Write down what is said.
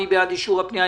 מי בעד אישור הפנייה,